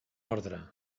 ordre